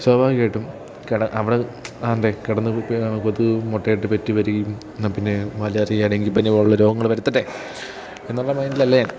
സ്വാഭാവികമായിട്ടും കെട അവിടെ അവിടെ കിടന്ന് നമ കൊതു മുട്ടയിട്ട് പെറ്റു പെരുകി എന്നാ പിന്നെ മലേറിയ അല്ലെങ്കിൽ ഡെങ്കിപ്പനി പോലെയുള്ള രോഗങ്ങൾ വരുത്തട്ടെ എന്നുള്ള മൈൻഡിലല്ലേ